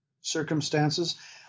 circumstances